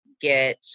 get